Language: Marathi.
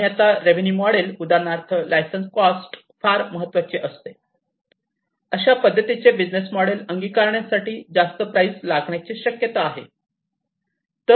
आणि आता रेवेन्यू मॉडेल उदाहरणार्थ लायसन्स कॉस्ट फार जास्त महत्वाचे असते अशा पद्धतीचे बिझनेस मोडेल अंगीकारण्यासाठी जास्त प्राइज लागण्याची शक्यता आहे